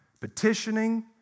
petitioning